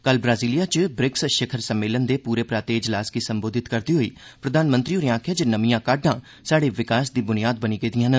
कल ब्रासीलिया च ब्रिक्स शिखर सम्मेलन दे पूरे पराते सत्र गी संबोधित करदे होई प्रधानमंत्री हारें आखेआ जे नमियां काहडां स्हाड़े विकास दी बुनियाद बनी गेदिआं न